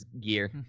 gear